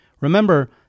Remember